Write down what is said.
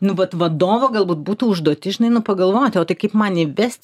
nu vat vadovo galbūt būtų užduotis žinai nu pagalvoti o tai kaip man įvest